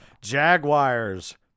Jaguars